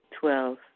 Twelve